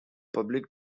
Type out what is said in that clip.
public